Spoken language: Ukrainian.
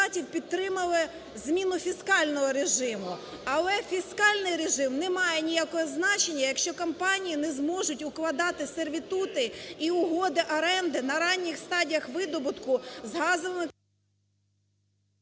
підтримали зміну фіскального режиму, але фіскальний режим не має ніякого значення, якщо компанії не зможуть укладати сервітути і угоди оренди на ранніх стадіях видобутку з газовими…